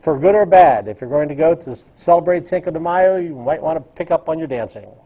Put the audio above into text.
for good or bad if you're going to go to celebrate cinco de mayo you might want to pick up on your dancing